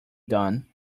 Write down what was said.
done